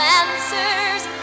answers